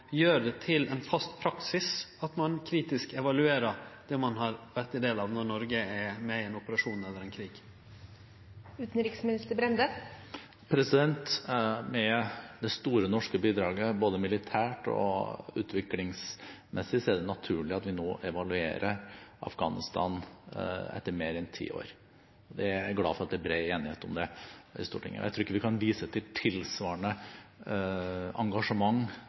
gjer det til ein fast praksis at ein kritisk evaluerer det ein har vore ein del av, når Noreg er med i ein operasjon eller ein krig? Med det store norske bidraget både militært og utviklingsmessig, er det naturlig at vi nå evaluerer Afghanistan etter mer enn ti år. Det er jeg glad for at det er bred enighet om i Stortinget. Jeg tror ikke vi kan vise til